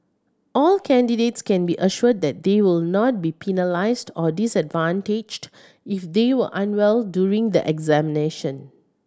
all candidates can be assured that they will not be penalised or disadvantaged if they were unwell during the examination